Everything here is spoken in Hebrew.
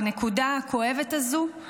בנקודה הכואבת הזו,